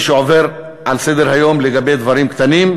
מי שעובר לסדר-היום לגבי דברים קטנים,